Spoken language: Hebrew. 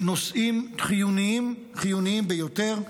נושאים חיוניים ביותר.